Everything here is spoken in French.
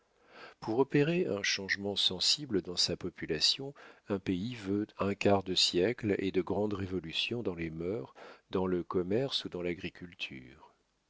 pour opérer un changement sensible dans sa population un pays veut un quart de siècle et de grandes révolutions dans les mœurs dans le commerce ou dans l'agriculture